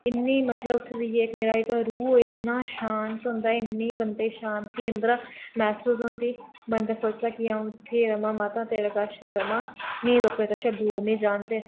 इन्नी मतलब मेरा रूह ऐ शांत होंदा इन्नी बंदे गी शांति अंदरा महसूस होंदी बंदा सोचदा की अं'ऊ माता तेरे कश गै र'वां मिगी माता अपने कशा दूर निं जाने दे